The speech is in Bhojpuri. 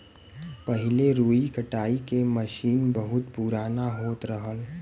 पहिले रुई कटाई के मसीन बहुत पुराना होत रहल